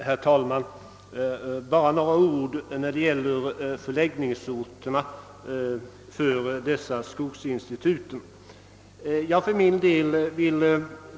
Herr talman! Bara några ord om förläggningsorterna för skogsinstituten.